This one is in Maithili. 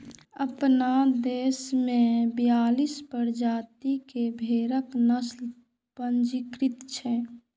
अपना देश मे बियालीस प्रजाति के भेड़क नस्ल पंजीकृत छै